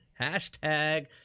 Hashtag